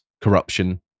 corruption